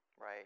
Right